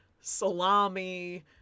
salami